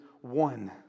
one